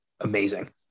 amazing